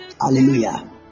Hallelujah